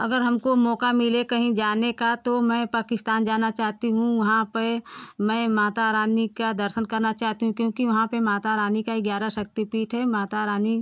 अगर हमको मौका मिले कहीं जाने का तो मैं पाकिस्तान जाना चाहती हूँ वहाँ पर मैं माता रानी का दर्शन करना चाहती हूँ क्योंकि वहाँ पर माता रानी का ग्यारह शक्तिपीठ है माता रानी